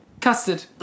custard